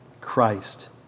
Christ